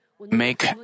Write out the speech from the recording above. make